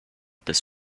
this